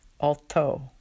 alto